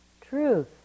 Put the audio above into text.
truth